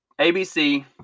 ABC